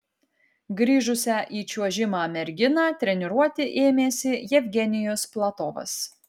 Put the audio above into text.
grįžusią į čiuožimą merginą treniruoti ėmėsi jevgenijus platovas